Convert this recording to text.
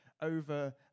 over